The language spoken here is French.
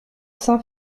saint